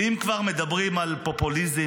ואם כבר מדברים על פופוליזם,